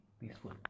peaceful